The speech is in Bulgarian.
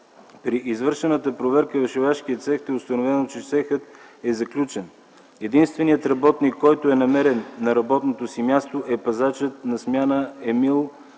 При извършената проверка в шивашкия цех е установено, че цехът е заключен. Единственият работник, който е намерен на работното си място, е пазачът на смяна Емил